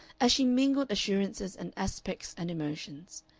as she mingled assurances and aspects and emotions,